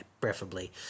preferably